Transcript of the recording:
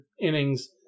innings